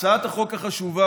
הצעת החוק החשובה,